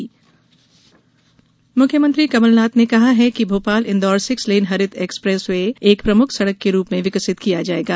कमलनाथ मुख्यमंत्री कमलनाथ ने कहा है कि भोपाल इंदौर सिक्स लेन हरित एक्सप्रेस वे एक प्रमुख सड़क के रूप में विकसित किया जायेगा